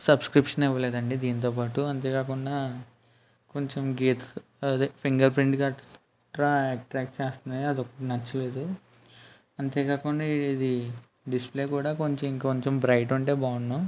subscription ఇవ్వలేదండి దీంతో పాటు అంతే కాకుండా కొంచెం గీత్ అదే ఫింగర్ ప్రింట్ గట్రా అట్ట్రాక్ట్ చేస్తున్నాయి అది ఒకటి నచ్చలేదు అంతే కాకుండా ఇది డిస్ప్లే కూడా కొంచెం ఇంకొంచెం బ్రైట్ ఉంటే బాగుండు